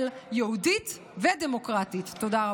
לא אמרת.